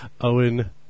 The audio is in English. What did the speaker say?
Owen